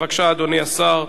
בבקשה, אדוני השר,